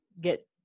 get